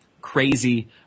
crazy